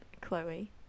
Chloe